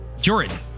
Jordan